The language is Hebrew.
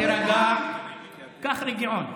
תירגע, קח רגיעון.